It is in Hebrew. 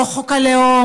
לא חוק הלאום,